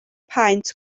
paent